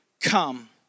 come